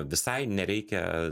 visai nereikia